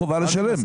בחירות, חובה לשלם.